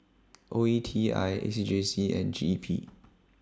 O E T I A C J C and G E P